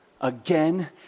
again